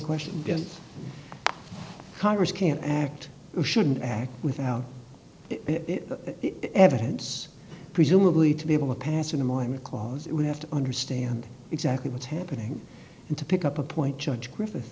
question yet congress can act shouldn't act without evidence presumably to be able to pass in the morning because it would have to understand exactly what's happening and to pick up a point judge griffith